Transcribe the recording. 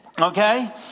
Okay